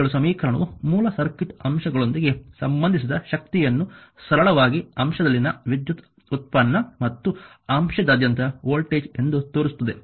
7 ಸಮೀಕರಣವು ಮೂಲ ಸರ್ಕ್ಯೂಟ್ ಅಂಶಗಳೊಂದಿಗೆ ಸಂಬಂಧಿಸಿದ ಶಕ್ತಿಯನ್ನು ಸರಳವಾಗಿ ಅಂಶದಲ್ಲಿನ ವಿದ್ಯುತ್ ಉತ್ಪನ್ನ ಮತ್ತು ಅಂಶದಾದ್ಯಂತದ ವೋಲ್ಟೇಜ್ ಎಂದು ತೋರಿಸುತ್ತದೆ